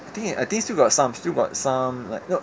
I think I think still got some still got some like no